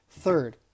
Third